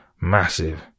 massive